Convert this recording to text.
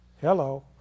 Hello